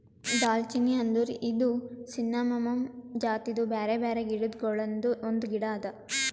ದಾಲ್ಚಿನ್ನಿ ಅಂದುರ್ ಇದು ಸಿನ್ನಮೋಮಮ್ ಜಾತಿದು ಬ್ಯಾರೆ ಬ್ಯಾರೆ ಗಿಡ ಗೊಳ್ದಾಂದು ಒಂದು ಗಿಡ ಅದಾ